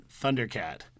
Thundercat